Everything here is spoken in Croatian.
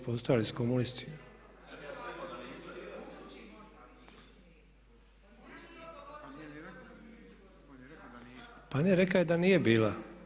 Postojali su komunisti. … [[Upadica sa strane, ne razumije se.]] Pa ne reka je da nije bila.